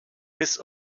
his